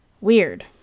Weird